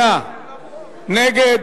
68 נגד,